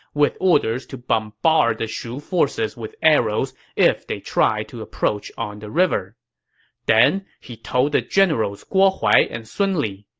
with orders to bombard the shu forces with arrows if they tried to approach on the river then, he told the generals guo huai and sun li,